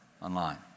online